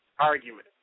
Argument